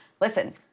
listen